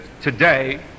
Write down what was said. today